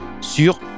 sur